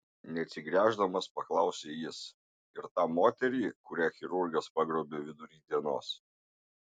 neatsigręždamas paklausė jis ir tą moterį kurią chirurgas pagrobė vidury dienos